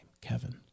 Kevin